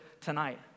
tonight